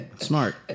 Smart